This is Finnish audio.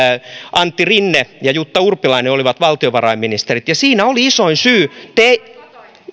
antti rinne ja jutta urpilainen olivat valtiovarainministerit ja siinä oli isoin syy